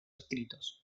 escritos